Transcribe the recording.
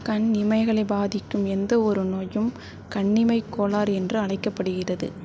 கண் இமைகளை பாதிக்கும் எந்த ஒரு நோயும் கண்ணிமைக் கோளாறு என்று அழைக்கப்படுகிறது